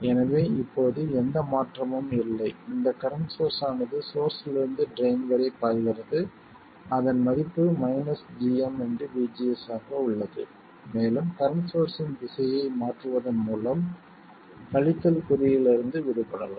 எனவே இப்போது எந்த மாற்றமும் இல்லை இந்த கரண்ட் சோர்ஸ் ஆனது சோர்ஸ்ஸிலிருந்து ட்ரைன் வரை பாய்கிறது அதன் மதிப்பு மைனஸ் gm vGS ஆக உள்ளது மேலும் கரண்ட் சோர்ஸ்ஸின் திசையை மாற்றுவதன் மூலம் கழித்தல் குறியிலிருந்து விடுபடலாம்